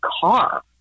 car